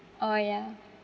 oh ya